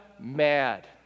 mad